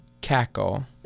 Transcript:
cackle